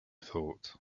thought